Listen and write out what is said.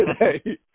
today